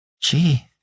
Gee